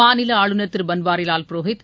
மாநில ஆளுநர் திரு பன்வாரிலால புரோகித்